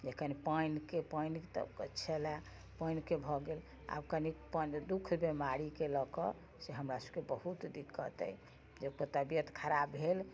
कनी पनिके पानिके तऽ छलै पानिके भऽ गेल आब कनी दुःख बेमारीके लअ कऽ से हमरा सबके बहुत दिक्कत अइ जे ककरो तबियत खराब भेल